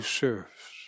serves